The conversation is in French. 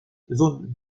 zone